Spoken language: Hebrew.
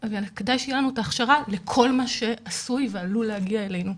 אבל כדאי שתהיה תנו את ההכשרה לכל מה שעשוי ועלול להגיע אלינו.